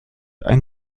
ein